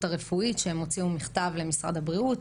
הרפואית שהוציאו מכתב למשרד הבריאות,